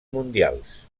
mundials